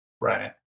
Right